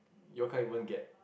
your kind will get